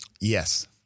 Yes